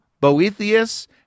Boethius